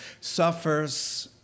suffers